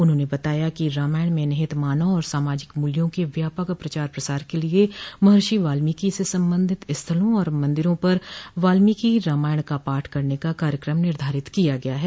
उन्होंने बताया कि रामायण में निहित मानव और सामाजिक मूल्यों के व्यापक पचार प्रसार के लिये महर्षि बाल्मीकि से संबंधित स्थलों और मंदिरों पर बाल्मीकि रामायण का पाठ करने का कार्यक्रम निर्धारित किया गया है